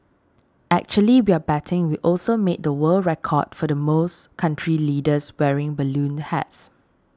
actually we're betting we also made the world record for the most country leaders wearing balloon hats